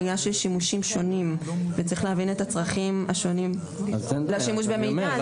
בגלל שיש שימושים שונים וצריך להבין את הצרכים השונים לשימוש במידע,